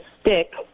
stick